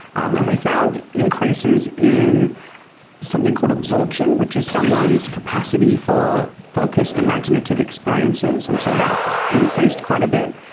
um and we found increases in something called absorption, which is someone's capacity for focused imaginative experiences, and so that increased quite a bit.